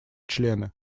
члены